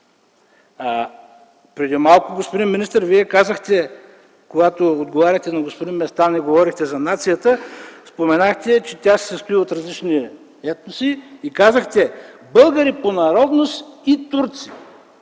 поле. Господин министър, преди малко, когато отговаряхте на господин Местан и говорехте за нацията, споменахте, че се състои от различни етноси. Казахте: „българи по народност и турци”.